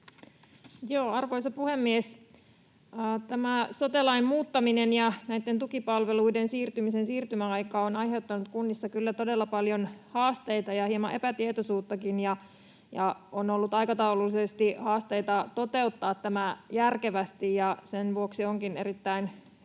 Arvoisa puhemies! Sote-lain muuttaminen ja tukipalveluiden siirtymisen siirtymäaika ovat aiheuttaneet kunnissa kyllä todella paljon haasteita ja hieman epätietoisuuttakin. On ollut aikataulullisesti haasteita toteuttaa tämä järkevästi, ja sen vuoksi onkin erittäin hyvä